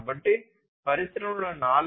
కాబట్టి పరిశ్రమల 4